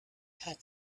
had